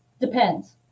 depends